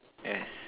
yes